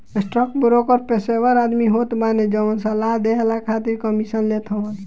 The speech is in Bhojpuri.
स्टॉकब्रोकर पेशेवर आदमी होत बाने जवन सलाह देहला खातिर कमीशन लेत हवन